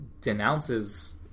denounces